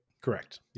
Correct